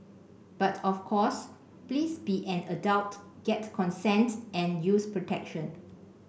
but of course please be an adult get consent and use protection